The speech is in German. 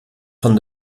von